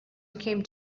became